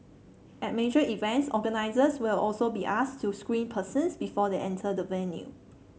at major events organisers will also be asked to screen persons before they enter the venue